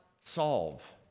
solve